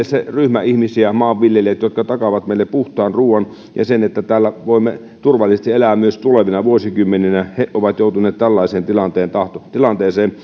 se ryhmä ihmisiä maanviljelijät jotka takaavat meille puhtaan ruuan ja sen että täällä voimme turvallisesti elää myös tulevina vuosikymmeninä on joutunut tällaiseen tilanteeseen